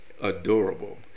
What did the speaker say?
adorable